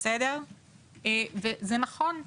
וזה נכון,